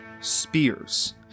spears